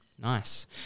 Nice